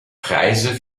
preise